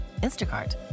Instacart